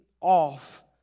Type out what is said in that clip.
off